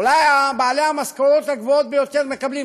אולי בעלי המשכורות הגבוהות ביותר מקבלים